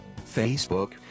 Facebook